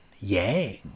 Yang